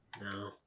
no